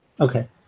okay